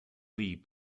lee